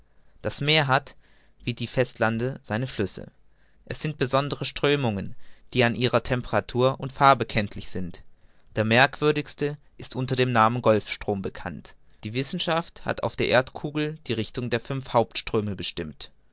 das meer hat wie die festlande seine flüsse es sind besondere strömungen die an ihrer temperatur und farbe kenntlich sind der merkwürdigste ist unter dem namen golfstrom bekannt die wissenschaft hat auf der erdkugel die richtung der fünf hauptströme bestimmt